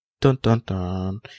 Dun-dun-dun